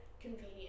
convenient